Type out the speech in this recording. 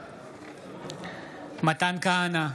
בעד מתן כהנא,